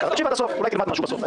תקשיב עד הסוף, אולי תלמד משהו בסוף.